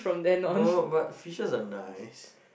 no but fishes are nice